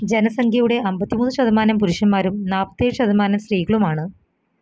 ജനസംഖ്യയുടെ അമ്പത്തിമൂന്ന് ശതമാനം പുരുഷന്മാരും നാൽപ്പത്തേഴ് ശതമാനം സ്ത്രീകളുമാണ്